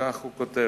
וכך הוא כותב: